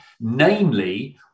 namely